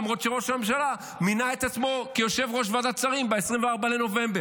למרות שראש הממשלה מינה את עצמו כיושב-ראש ועדת שרים ב-24 בנובמבר.